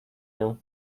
nią